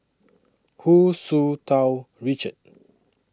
Hu Tsu Tau Richard